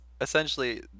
essentially